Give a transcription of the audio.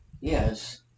Yes